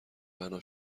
بنا